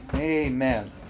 amen